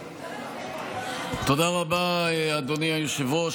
תודה רבה, אדוני היושב-ראש.